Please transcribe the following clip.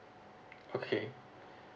okay